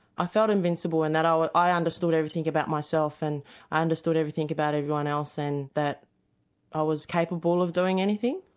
i felt invincible and that i understood everything about myself and i understood everything about everyone else and that i was capable of doing anything.